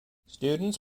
students